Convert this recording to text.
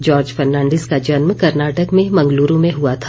George Fernandes का जन्म कर्नाटक में मंगलूरु में हुआ था